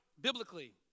biblically